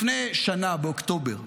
לפני שנה, באוקטובר,